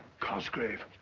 cosgrave!